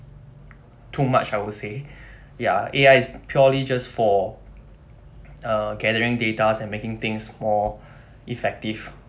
too much I will say ya A_I is purely just for uh gathering datas and making things more effective